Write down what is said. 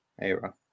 era